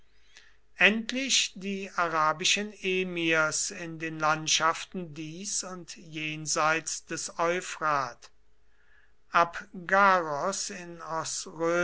endlich die arabischen emirs in den landschaften dies und jenseits des euphrat abgaros in